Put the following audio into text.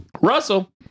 Russell